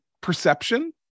perception